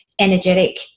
energetic